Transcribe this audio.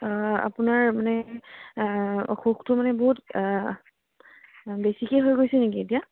আপোনাৰ মানে অসুখটো মানে বহুত বেছিকৈ হৈ গৈছে নিকি এতিয়া